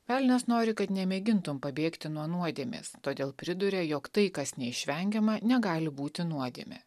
velnias nori kad nemėgintum pabėgti nuo nuodėmės todėl priduria jog tai kas neišvengiama negali būti nuodėmė